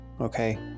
Okay